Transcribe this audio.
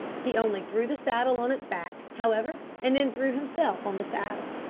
he only threw the saddle on its back, however, and then threw himself on the saddle.